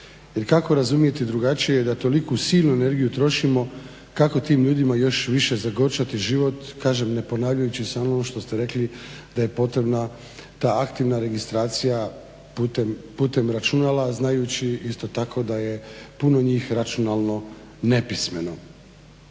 kako razumjeti drugačije da toliku silnu energiju trošimo kako tim ljudima još više zagorčati život, kažem ne ponavljajući sve ono što ste rekli da je potrebna ta aktivna registracija putem računala, a znajući isto tako da je puno njih računalno nepismeno.